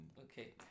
okay